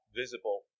visible